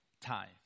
time